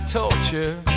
torture